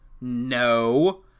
No